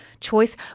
choice